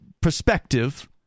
perspective